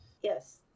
Yes